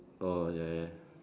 oh ya yeah